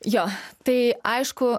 jo tai aišku